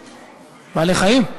בעלי-חיים,